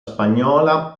spagnola